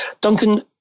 Duncan